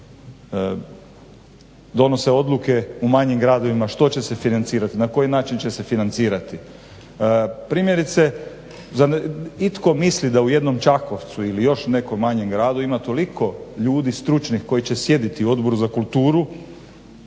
donose odluke u manjim gradovima što će se financirati, na koji način će se financirati. Primjerice zar itko misli da u jednom Čakovcu ili u još nekom manjem gradu ima toliko ljudi stručnih koji će sjediti u Odboru za kulturu,